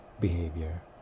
behavior